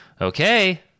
okay